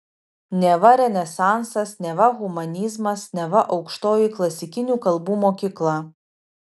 neva renesansas neva humanizmas neva aukštoji klasikinių kalbų mokykla